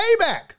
payback